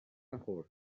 نخور